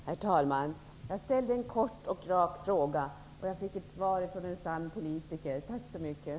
Herr talman! Jag ställde en kort och rak fråga, och jag fick ett svar från en sann politiker. Tack så mycket.